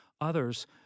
others